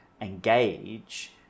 engage